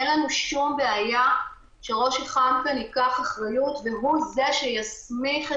אין לנו שום בעיה שראש אח"ק ייקח אחריות והוא זה שיסמיך את